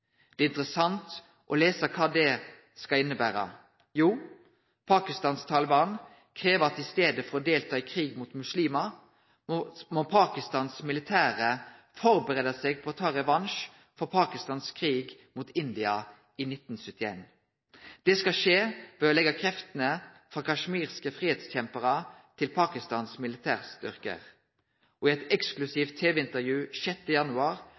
Det er interessant å lese kva det skal innebere. Pakistans Taliban krev at i staden for å delta i krig mot muslimar må Pakistans militære førebu seg på å ta revansj for Pakistans krig mot India i 1971. Det skal skje ved å leggje kreftene frå kasjmirske fridomskjemparar til Pakistans militærstyrkar. Og i eit eksklusivt tv-intervju 6. januar